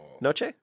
Noche